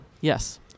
Yes